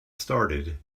started